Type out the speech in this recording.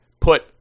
put